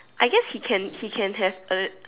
I guess he can he can have A